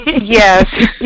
Yes